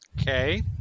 Okay